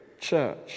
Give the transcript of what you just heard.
church